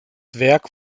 werk